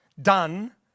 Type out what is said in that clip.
done